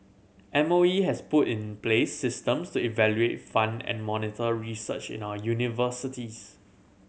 M O E has put in place systems to evaluate fund and monitor research in our universities